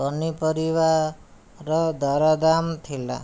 ପନିପରିବାର ଦରଦାମ ଥିଲା